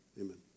Amen